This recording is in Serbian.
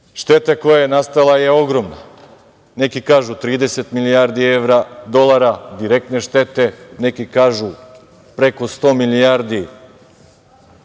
koja je nastala je ogromna. Neki kažu 30 milijardi evra, dolara, direkte štete, neki kažu preko 100 milijardi